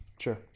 Sure